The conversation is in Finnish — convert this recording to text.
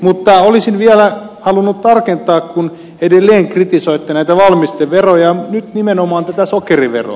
mutta olisin vielä halunnut tarkentaa kun edelleen kritisoitte näitä valmisteveroja ja nyt nimenomaan tätä sokeriveroa